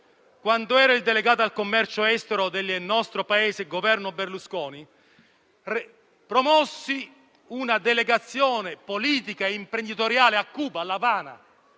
quando era delegato al commercio estero del nostro Paese durante il Governo Berlusconi, promossi una delegazione politica e imprenditoriale a Cuba, all'Avana;